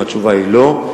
התשובה היא לא.